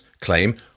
claim